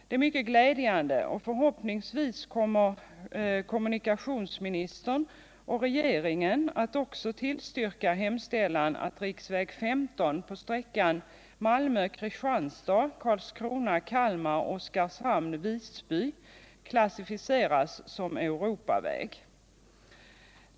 Det är mycket glädjande, och förhoppningsvis kommer kommunikationsministern och regeringen att också tillstyrka hemställan att riksväg 15 på sträckan Malmö-Kristianstad-Karlskrona-Kalmar-Oskarshamn-Visby klassificeras som Europaväg.